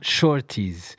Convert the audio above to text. Shorties